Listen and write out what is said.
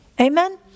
Amen